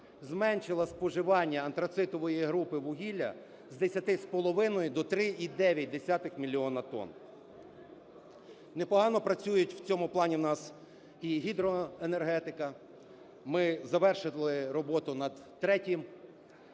зменшила споживання антрацитової групи вугілля з 10,5 до 3,9 мільйона тонн. Непогано працює в цьому плані в нас і гідроенергетика. Ми завершили роботу над третім